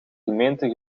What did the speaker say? gemeenten